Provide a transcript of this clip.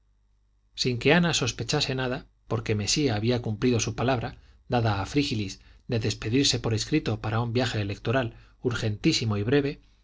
sin que ana sospechase nada porque mesía había cumplido su palabra dada a frígilis de despedirse por escrito para un viaje electoral urgentísimo y breve